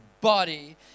body